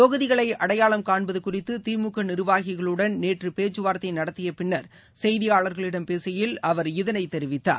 தொகுதிகளைஅடையாளம் காண்பதுகுறித்துதிமுகநிர்வாகிகளுடன் நேற்றபேச்சுவார்த்தைநடத்தியபின்னர் செய்தியாளர்களிடம் பேசுகையில் அவர் இதனைத் தெரிவித்தார்